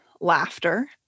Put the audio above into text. laughter